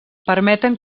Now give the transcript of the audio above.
permeten